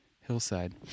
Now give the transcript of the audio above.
hillside